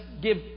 give